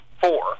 four